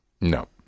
No